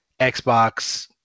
Xbox